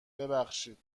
ببخشید